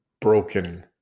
broken